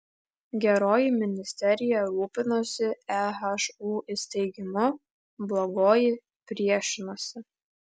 geroji ministerija rūpinosi ehu įsteigimu blogoji priešinosi